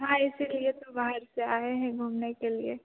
हाँ इसीलिए तो बाहर से आए हैं घूमने के लिए